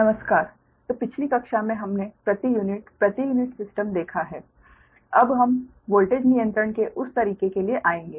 इसलिए पिछली कक्षा में हमने प्रति यूनिट प्रति यूनिट सिस्टम देखा है अब हम वोल्टेज नियंत्रण के उस तरीके के लिए आएंगे